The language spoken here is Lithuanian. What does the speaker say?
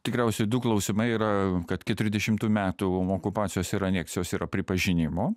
tikriausiai du klausimai yra kad keturiasdešimtų metų okupacijos ir aneksijos yra pripažinimo